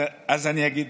אז אני אגיד